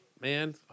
Man